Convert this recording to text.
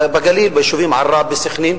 בגליל, ביישובים עראבה וסח'נין,